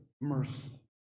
mercy